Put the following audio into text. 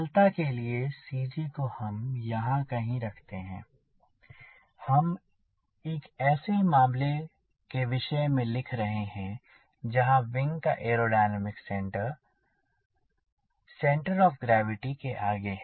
सरलता के लिए CG को हम यहाँ कहीं रखते हैं हम एक ऐसे मामले के विषय में लिख रहे हैं जहाँ विंग का aerodynamic centre ac centre of gravity के आगे हैं